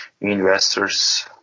investors